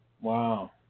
Wow